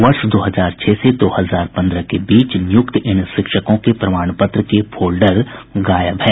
वर्ष दो हजार छह से दो हजार पंद्रह के बीच नियुक्त इन शिक्षकों के प्रमाण पत्र के फोल्डर गायब हैं